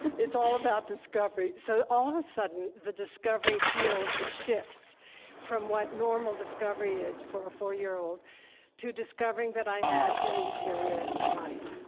it's all about discovery, so all of a sudden, the discovery field shifts from what normal discovery is for a four-year-old to discovering that i had an interior life.